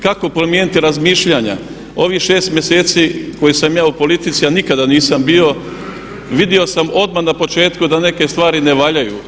Kako promijeniti razmišljanja, ovih 6 mjeseci koje sam ja u politici a nikada nisam bio, vidio sam odmah na početku da neke stvari ne valjaju.